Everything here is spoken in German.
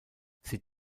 sie